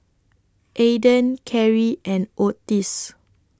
Aydan Carie and Ottis